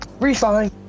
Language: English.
Refine